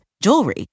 jewelry